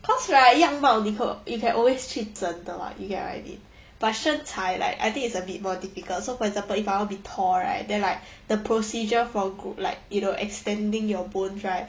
cause right 样貌立候 you can always 去整的 [what] you get what I mean but 身材 like I think it's a bit more typical so for example if I want to be tall right then like the procedure for good like you know extending your bone right